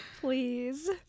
Please